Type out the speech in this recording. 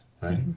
right